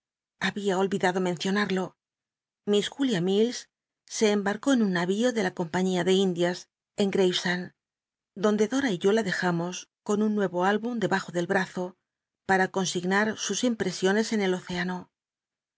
había olvidado mencionarlo miss y t pr julia milis se embarcó en un na río de la compañía de indias en gravcsend donde dora y yo la dejamos con un nuevo al bu m debajo del brazo pth'a consigna r sus impresiones en el océano